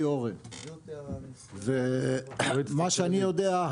מה שאני יודע,